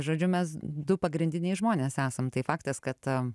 žodžiu mes du pagrindiniai žmonės esam tai faktas kad